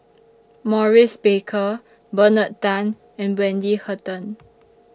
Maurice Baker Bernard Tan and Wendy Hutton